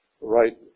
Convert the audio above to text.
right